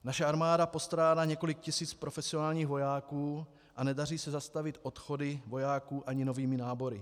Naše armáda postrádá několik tisíc profesionálních vojáků a nedaří se zastavit odchody vojáků ani novými nábory.